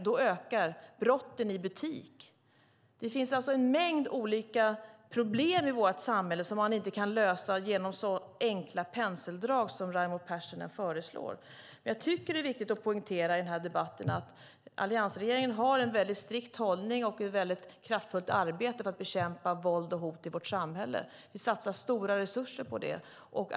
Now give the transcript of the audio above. Då ökar brotten i butik. Det finns en mängd olika problem i vårt samhälle som man inte kan lösa genom så enkla penseldrag som Raimo Pärssinen föreslår. Det är viktigt att poängtera i debatten att alliansregeringen har en strikt hållning och genomför ett mycket kraftfullt arbete för att bekämpa våld och hot i vårt samhälle. Vi satsar stora resurser på det.